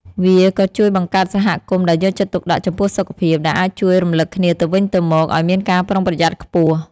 វាក៏ជួយបង្កើតសហគមន៍ដែលយកចិត្តទុកដាក់ចំពោះសុខភាព ដែលអាចជួយរំលឹកគ្នាទៅវិញទៅមកឲ្យមានការប្រុងប្រយ័ត្នខ្ពស់។